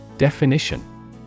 Definition